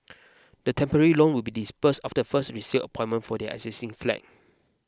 the temporary loan will be disbursed after the first resale appointment for their existing flat